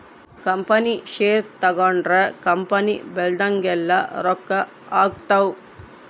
company share ತಗೊಂಡ್ರ company ಬೆಳ್ದಂಗೆಲ್ಲ ರೊಕ್ಕ ಆಗ್ತವ್